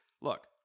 Look